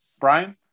Brian